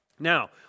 Now